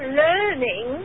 learning